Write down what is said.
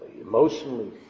emotionally